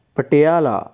Patiala